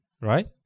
right